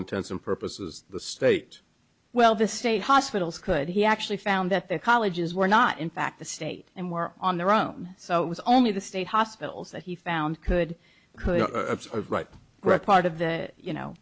intents and purposes the state well the state hospitals could he actually found that their colleges were not in fact the state and were on their own so it was only the state hospitals that he found could have right gret part of the you know